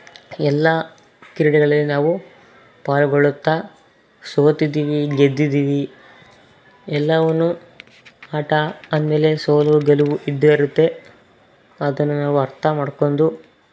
ಎಲ್ಲ ಕ್ರೀಡೆಗಳಲ್ಲಿ ನಾವು ಪಾಲ್ಗೊಳ್ಳುತ್ತಾ ಸೋತಿದ್ದೀವಿ ಗೆದ್ದಿದ್ದೀವಿ ಎಲ್ಲವನ್ನು ಆಟ ಅಂದ ಮೇಲೆ ಸೋಲು ಗೆಲುವು ಇದ್ದೇ ಇರುತ್ತೆ ಅದನ್ನು ನಾವು ಅರ್ಥ ಮಾಡ್ಕೊಂಡು